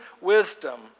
wisdom